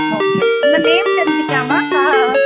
okay உங்கள் name தெரிஞ்சுக்கலாமா கா